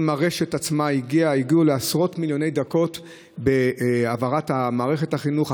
ברשת עצמה הגיעו לעשרות מיליוני דקות בהעברת מערכת החינוך,